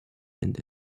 and